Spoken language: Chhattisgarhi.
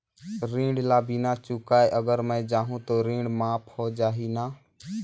ऋण ला बिना चुकाय अगर मै जाहूं तो ऋण माफ हो जाही न?